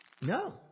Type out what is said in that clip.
No